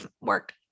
work